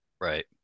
Right